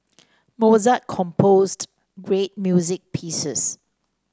Mozart composed great music pieces